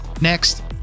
next